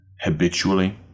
habitually